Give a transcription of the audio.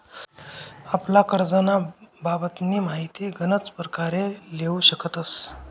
आपला करजंना बाबतनी माहिती गनच परकारे लेवू शकतस